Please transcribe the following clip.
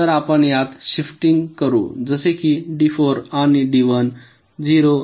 तर आपण यात शिफ्टिंग करू जसे कि D4 आणि D1 0 आणि केवळ 1